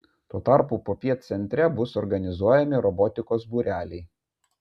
tuo tarpu popiet centre bus organizuojami robotikos būreliai